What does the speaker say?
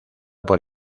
por